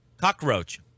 Cockroach